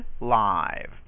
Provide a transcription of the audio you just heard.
live